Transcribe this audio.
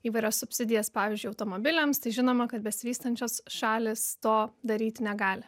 įvairias subsidijas pavyzdžiui automobiliams tai žinoma kad besivystančios šalys to daryti negali